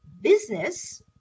business